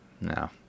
No